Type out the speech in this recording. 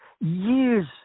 years